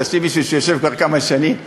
תאשים מישהו שיושב כבר כמה שנים.